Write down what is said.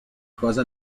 cosa